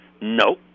No